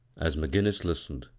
as mcginois listened,